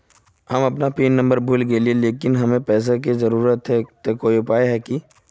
हम pin number भूल गेलिये लेकिन अभी हमरा पैसा के जरुरत है ते कोई उपाय है की?